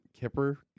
Kipper